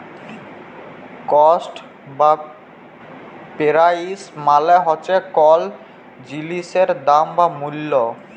cost বা price মালে হছে কল জিলিসের দাম বা মূল্য